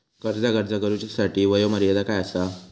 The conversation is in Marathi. कर्जाक अर्ज करुच्यासाठी वयोमर्यादा काय आसा?